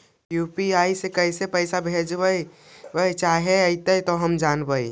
UPI से कैसे पैसा भेजबय चाहें अइतय जे हम जानबय?